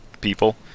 people